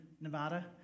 Nevada